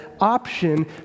option